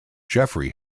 geoffrey